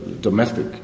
domestic